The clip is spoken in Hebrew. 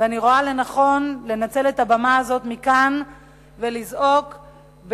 ואני רואה לנכון לנצל את הבמה הזאת ולזעוק מכאן